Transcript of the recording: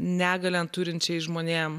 negalią turinčiais žmonėm